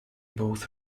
both